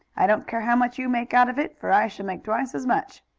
i don't care how much you make out of it, for i shall make twice as much.